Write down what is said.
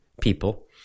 people